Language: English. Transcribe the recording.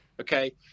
okay